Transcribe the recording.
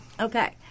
Okay